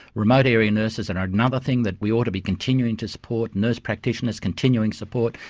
remote area nurses and are another thing that we ought to be continuing to support, nurse practitioners, continuing support,